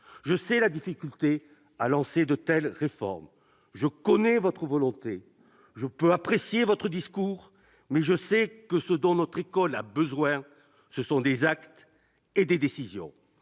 Je sais la difficulté de lancer de telles réformes. Je connais votre volonté. Je peux apprécier votre discours. Mais je sais ce dont notre école a besoin : ce sont des actes et des décisions.